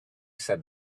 said